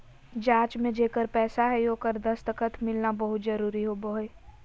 जाँच में जेकर पैसा हइ ओकर दस्खत मिलना बहुत जरूरी होबो हइ